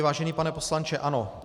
Vážený pane poslanče, ano.